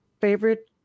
favorite